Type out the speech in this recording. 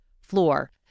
floor